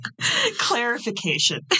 clarification